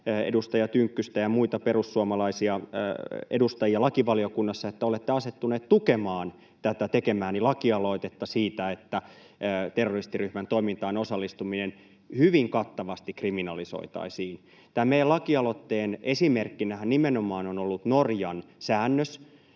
edustaja Tynkkystä ja muita perussuomalaisia edustajia lakivaliokunnassa, että olette asettuneet tukemaan tätä tekemääni lakialoitetta siitä, että terroristiryhmän toimintaan osallistuminen hyvin kattavasti kriminalisoitaisiin. Tämän meidän lakialoitteemme esimerkkinähän nimenomaan on ollut Norjan säännös,